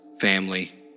family